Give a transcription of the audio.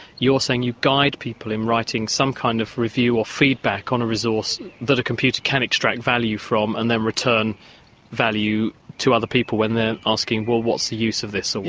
you're saying you guide people in writing some kind of review or feedback on a resource that a computer can extract value from and then return value to other people when they're asking, well, what's the use of this? or